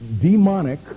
demonic